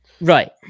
right